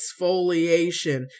exfoliation